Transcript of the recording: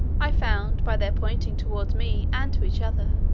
i found by their pointing towards me and to each other,